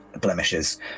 blemishes